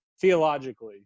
theologically